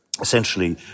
essentially